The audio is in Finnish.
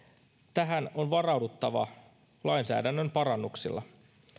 tähän on varauduttava lainsäädännön parannuksilla